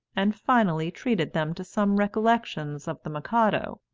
and finally treated them to some recollections of the mikado.